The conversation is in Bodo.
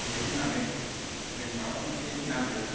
दिहुननानै जों माबा मोनसे नांगौ